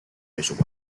美术馆